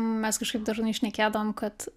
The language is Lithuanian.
mes kažkaip dažnai šnekėdavom kad